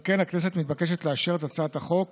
על כן, הכנסת מתבקשת לאשר את הצעת החוק